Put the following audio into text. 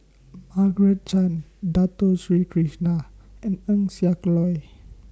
Margaret Chan Dato Sri Krishna and Eng Siak Loy